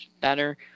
better